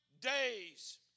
days